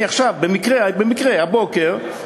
במקרה הבוקר,